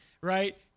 Right